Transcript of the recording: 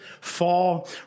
fall